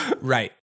Right